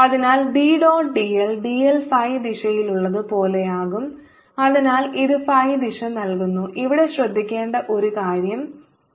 അതിനാൽ B dot dl dl phi ദിശയിലുള്ളത് പോലെയാകും അതിനാൽ ഇത് phi ദിശ നൽകുന്നു ഇവിടെ ശ്രദ്ധിക്കേണ്ട ഒരു കാര്യം ദിശ